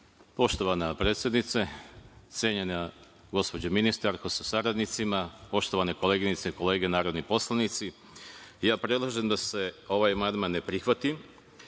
Poštovana predsednice, cenjena gospođo ministarko sa saradnicima, poštovane koleginice i kolege narodni poslanici, predlažem da se ovaj amandman ne prihvati